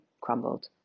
crumbled